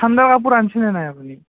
ঠাণ্ডা কাপোৰ আনিছেনে নাই আপুনি আপুনি